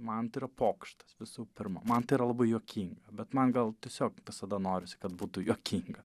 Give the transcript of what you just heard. man tai yra pokštas visų pirma man tai yra labai juokinga bet man gal tiesiog visada norisi kad būtų juokinga